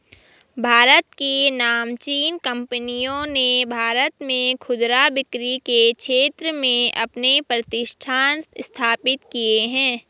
भारत की नामचीन कंपनियों ने भारत में खुदरा बिक्री के क्षेत्र में अपने प्रतिष्ठान स्थापित किए हैं